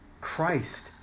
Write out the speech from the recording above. Christ